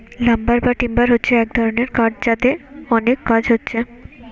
lumber বা timber হচ্ছে এক রকমের কাঠ যাতে অনেক কাজ হচ্ছে